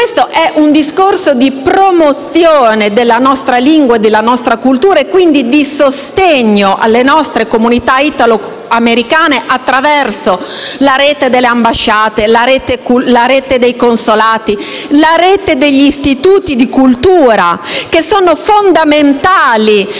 Uniti: è un discorso di promozione della nostra lingua e della nostra cultura e, quindi, di sostegno alle nostre comunità italoamericane attraverso la rete delle ambasciate, dei consolati e degli istituti di cultura, che sono fondamentali per